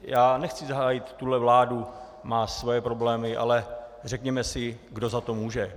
Já nechci hájit tuhle vládu, má svoje problémy, ale řekněme si kdo za to může?